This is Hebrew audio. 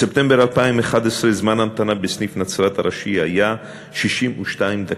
בספטמבר 2011 זמן ההמתנה בסניף נצרת ראשי היה 62 דקות.